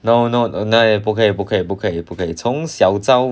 no no no ne~ 不可以不可以不可以从小遭